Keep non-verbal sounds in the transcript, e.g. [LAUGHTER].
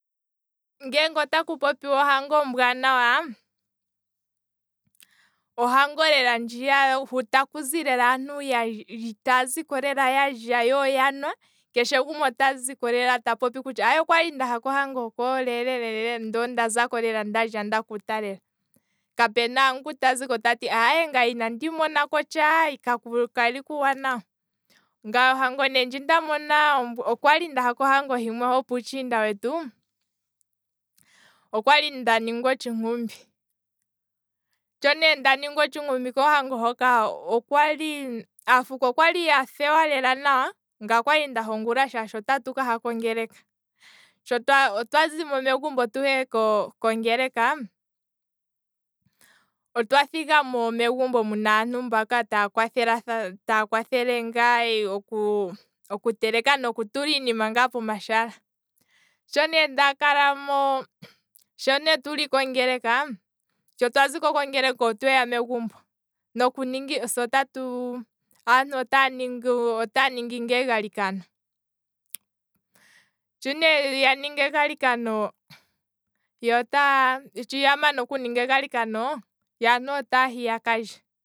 Ngeenge otaku popiwa ohango ombwaanawa, otaku popiwa hoka aantu taziko lela yalya yo oyanwa keshe gumwe otaziko lela tati ondalya ndakuta lela, kapuna ngoka ta ziko tati aye ka kwali kuuwanawa, ngaye ne ohango ndji nda mona, okwali ndaha kohango himwe, hopuutshinda wetu, okwali nda ningwa otshinkumbi, sho nee ndaningwa otshinkumbi kohango hoka, aafuko okwali yoopala lela nawa. ngaye okwali ndaha ongula shaashi okwali ndaha kongeleka, shotwa, otwa zimo megumbo ko- kongeleka otwa thigamo megumbo aantu taya kwa- kwathelathana, taa kwathele ngaa oku teleka noku tula iinima ngaa pomashala, shone ndakalamo. sho ne tuli kongeleka, sho twaziko kongela otweya megumbo, [HESITATION] aantu otaa ningi gaa egalikano [NOISE] sho ne yaningi egalikano yotaa, shi yamana okuninga egalikano yo otaahi yakalye